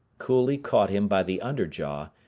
coolly caught him by the under jaw,